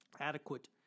adequate